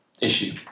issue